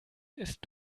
ist